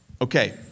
Okay